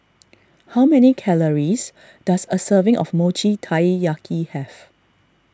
how many calories does a serving of Mochi Taiyaki have